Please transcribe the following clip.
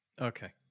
Okay